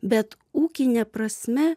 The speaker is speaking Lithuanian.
bet ūkine prasme